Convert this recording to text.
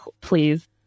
please